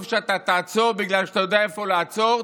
שאתה תעצור בגלל שאתה יודע איפה לעצור,